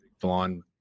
blonde